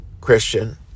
christian